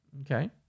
Okay